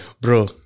Bro